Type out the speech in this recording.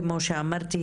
כמו שאמרתי,